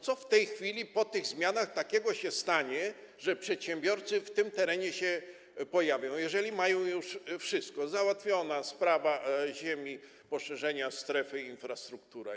Co w tej chwili, po tych zmianach takiego się stanie, że przedsiębiorcy na tym terenie się pojawią, jeżeli już mieli wszystko: załatwioną sprawę ziemi, poszerzenie strefy i infrastrukturę?